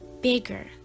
bigger